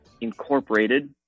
Incorporated